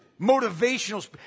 motivational